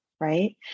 right